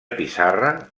pissarra